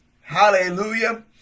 Hallelujah